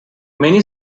many